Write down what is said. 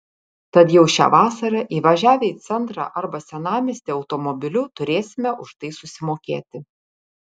tad jau šią vasarą įvažiavę į centrą arba senamiestį automobiliu turėsime už tai susimokėti